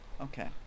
Okay